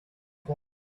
gone